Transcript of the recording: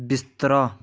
बिस्तरा